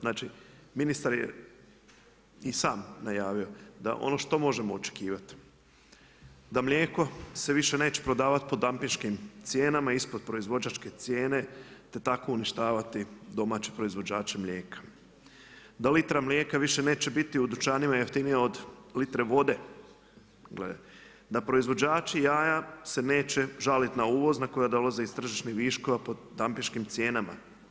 Znači ministar je i sam najavio da ono što možemo očekivati, da mlijeko se više neće prodavati po dampinškim cijenama ispod proizvođačke cijene te tako uništavati domaće proizvođače mlijeka, da litra mlijeka više neće biti u dućanima jeftinija od litre vode, da proizvođači jaja se neće žaliti na uvoz koja dolaze iz tržišnih viškova po dampinškim cijenama.